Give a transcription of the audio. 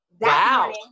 Wow